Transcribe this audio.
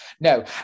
No